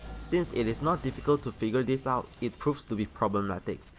since it is not difficult to figure this out, it proves to be problematic.